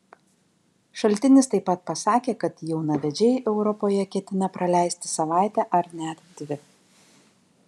šaltinis taip pat pasakė kad jaunavedžiai europoje ketina praleisti savaitę ar net dvi